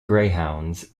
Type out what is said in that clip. greyhounds